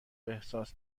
احساس